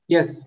Yes